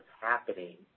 happening